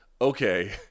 Okay